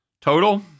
Total